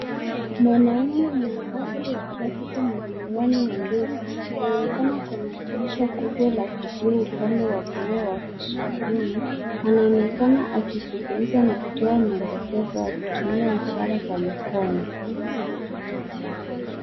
Mwanaume mwenye asili ya kiafrika mwenye miwani na ndevu anaonekana kwenye dirisha kubwa la video upande wa kulia wa skrini. Anaonekana akizungumza na kutoa maelekezo akitumia ishara za mikono.